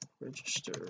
register